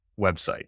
website